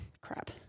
crap